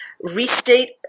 restate